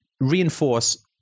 reinforce